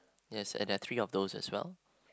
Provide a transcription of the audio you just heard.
yes and there are three of those as well